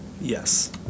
Yes